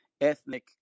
ethnic